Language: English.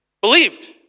Believed